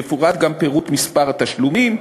יפורטו גם מספר התשלומים,